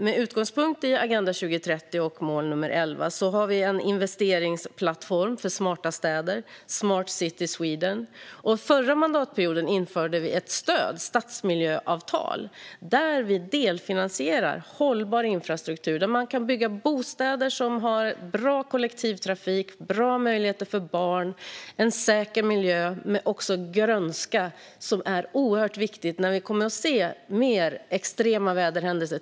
Med utgångspunkt i Agenda 2030 och mål nr 11 har vi en investeringsplattform för smarta städer, Smart City Sweden. Under förra mandatperioden införde vi ett stöd, kallat stadsmiljöavtal, i vilket vi delfinansierar hållbar infrastruktur. Man kan bygga bostäder som har bra kollektivtrafik, bra möjligheter för barn och en säker miljö med grönska. Detta är oerhört viktigt när vi kommer att se mer extrema väderhändelser.